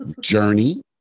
journey